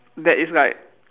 that is like